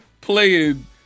playing